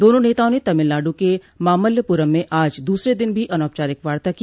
दोनों नेताओं ने तमिलनाडु के मामल्लपुरम में आज दूसरे दिन भी अनौपचारिक वार्ता की